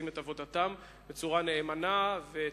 שעושים את עבודתם בצורה נאמנה וטובה,